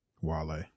Wale